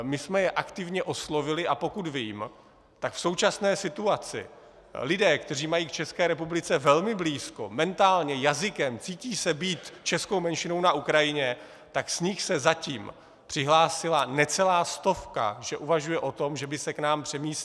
My jsme je aktivně oslovili, a pokud vím, v současné situaci z lidí, kteří mají k České republice blízko mentálně, jazykem, cítí se být českou menšinou na Ukrajině, se zatím přihlásila necelá stovka, že uvažuje o tom, že by se k nám přemístila.